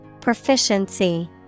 Proficiency